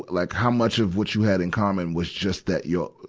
like how much of what you had in common was just that your,